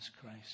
Christ